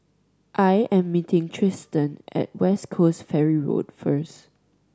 I am meeting Tristin at West Coast Ferry Road first